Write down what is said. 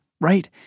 right